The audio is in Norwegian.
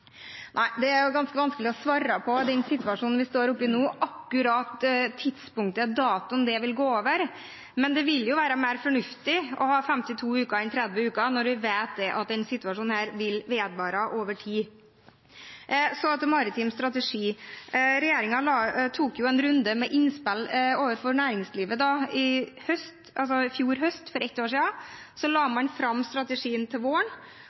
Det er ganske vanskelig å svare på i den situasjonen vi står oppe i nå, akkurat tidspunktet, datoen, for når dette vil gå over, men det ville jo vært mer fornuftig å ha 52 uker enn 30 uker når vi vet at denne situasjonen vil vedvare over tid. Så til maritim strategi. Regjeringen tok en runde med innspill overfor næringslivet i fjor høst, etter at man la fram strategien den våren. Så